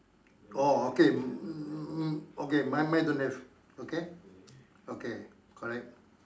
oh okay m~ okay mine mine don't have this okay okay correct